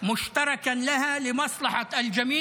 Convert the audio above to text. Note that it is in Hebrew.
100 ימים.